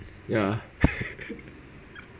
ya